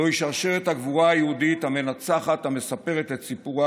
זוהי שרשרת הגבורה היהודית המנצחת המספרת את סיפורה